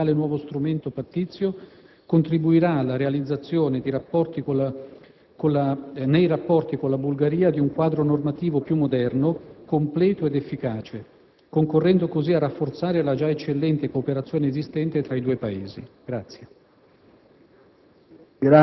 La ratifica di tale nuovo strumento pattizio contribuiraalla realizzazione, nei rapporti con la Bulgaria, di un quadro normativo piu moderno, completo ed efficace, concorrendo cosıa rafforzare la gia eccellente cooperazione esistente tra i due Paesi.